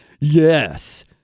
Yes